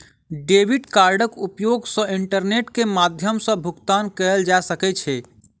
debit कार्डक उपयोग सॅ इंटरनेट के माध्यम सॅ भुगतान कयल जा सकै छै